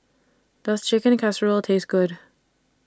Does Chicken Casserole Taste Good